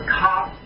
cop